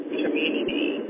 community